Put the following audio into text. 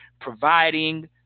providing